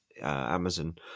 amazon